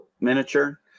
miniature